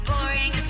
boring